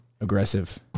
Aggressive